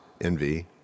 envy